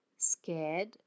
scared